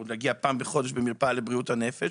או להגיע פעם בחודש למרפאה לבריאות הנפש.